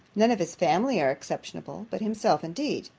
none of his family are exceptionable but himself, indeed.